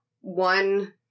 one